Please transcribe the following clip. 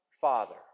Father